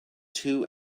two